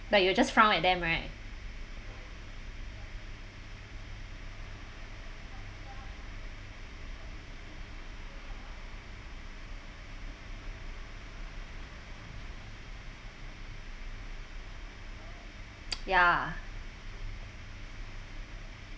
but you just frown at them right ya